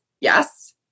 yes